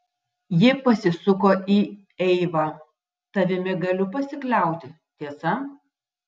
ji pasisuko į eivą tavimi galiu pasikliauti tiesa